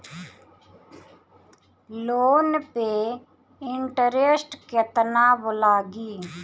Loan पे interest केतना लागी?